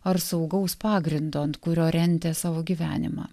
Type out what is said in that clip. ar saugaus pagrindo ant kurio rentė savo gyvenimą